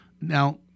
Now